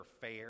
fair